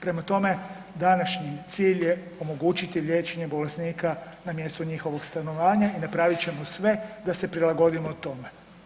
Prema tome, današnji cilj je omogućiti liječenje bolesnika na mjestu njihovog stanovanja i napravit ćemo sve da se prilagodimo tome.